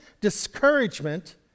discouragement